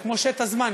זה כמו שד הזמן,